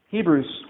Hebrews